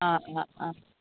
ആ അ അ